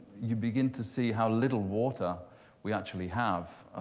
you begin to see how little water we actually have.